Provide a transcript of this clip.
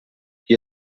qui